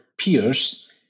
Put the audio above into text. peers